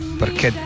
perché